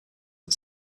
and